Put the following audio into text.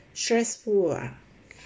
stressful ah